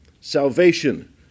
Salvation